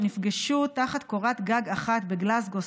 נפגשו תחת קורת גג אחת בגלזגו,